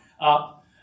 up